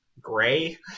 Gray